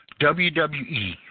WWE